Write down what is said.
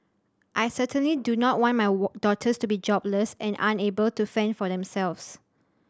I certainly do not want my daughters to be jobless and unable to fend for themselves